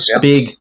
Big